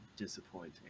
disappointing